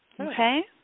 Okay